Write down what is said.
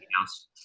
else